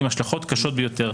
בעל השלכות קשות ביותר,